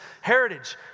Heritage